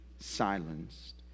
Silenced